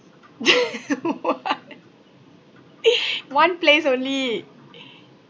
one one place only